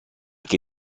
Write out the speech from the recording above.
che